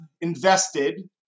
invested